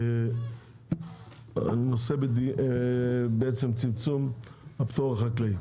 הנושא בעצם הוא צמצום הפטור החקלאי.